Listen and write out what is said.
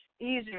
easier